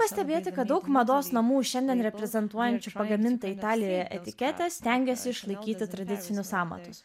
pastebėti kad daug mados namų šiandien reprezentuojančių pagamintą italijoje etiketę stengiasi išlaikyti tradicinius amatus